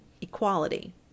equality